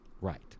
Right